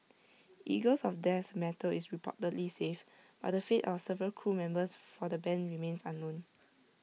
eagles of death metal is reportedly safe but the fate of several crew members for the Band remains unknown